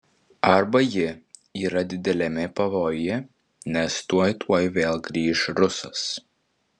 arba ji yra dideliame pavojuje nes tuoj tuoj vėl grįš rusas